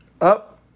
up